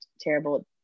terrible